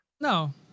No